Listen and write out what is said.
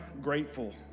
grateful